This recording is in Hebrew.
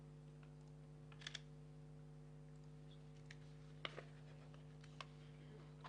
זה יום היסטורי לציבור